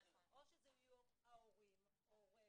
או שזה יהיה הורה ספציפי,